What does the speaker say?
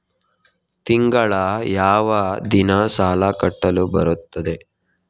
ತಿಂಗಳ ಯಾವ ದಿನ ಸಾಲ ಕಟ್ಟಲು ಬರುತ್ತದೆ?